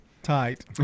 tight